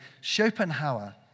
Schopenhauer